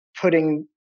putting